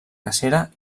cacera